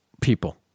people